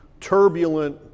turbulent